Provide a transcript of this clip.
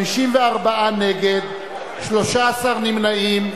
54 נגד, 13 נמנעים.